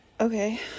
Okay